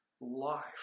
life